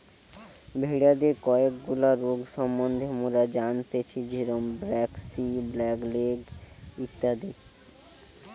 ভেড়াদের কয়েকগুলা রোগ সম্বন্ধে মোরা জানতেচ্ছি যেরম ব্র্যাক্সি, ব্ল্যাক লেগ ইত্যাদি